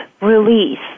release